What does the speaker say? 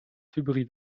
hybrid